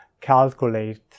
calculate